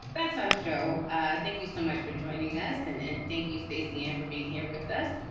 that's our show ah thank you so much for joining us. and and thank you, stacey, and for being here with us.